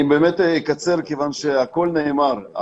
אני באמת אקצר מכיוון שהכול נאמר.